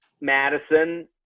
Madison